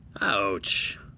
Ouch